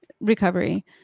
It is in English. recovery